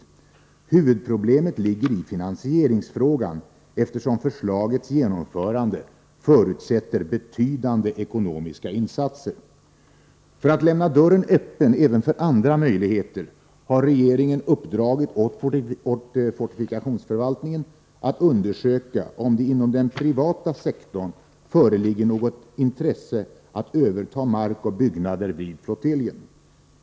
flottiljs anlägg Huvudproblemet ligger i finansieringsfrågan, eftersom förslagets genomföningar rande förutsätter betydande ekonomiska insatser. För att lämna dörren öppen även för andra möjligheter har regeringen uppdragit åt fortifikationsförvaltningen att undersöka om det inom den privata sektorn föreligger något intresse för att överta mark och byggnader vid flottiljen.